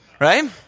right